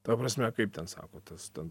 ta prasme kaip ten sako tas ten